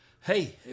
Hey